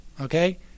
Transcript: Okay